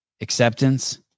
acceptance